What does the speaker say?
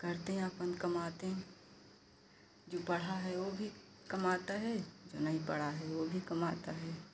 करते अपना कमाते जो पढ़ा है वह भी कमाता है जो नहीं पढ़ा है वह भी कमाता है